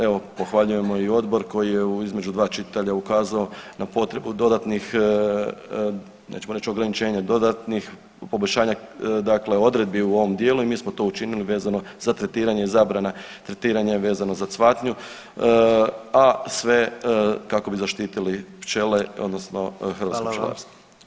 Evo, pohvaljujemo i odbor koji je između 2 čitanja ukazao na potrebu dodatnih, nećemo reći ograničenja, dodatnih poboljšanja dakle odredbi u ovom dijelu i mi smo to učinili vezano za tretiranje i zabrana tretiranja vezano za cvatnju, a sve kako bi zaštitili pčele [[Upadica: Hvala vam.]] odnosno hrvatsko pčelarstvo.